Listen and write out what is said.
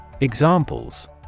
Examples